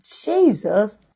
Jesus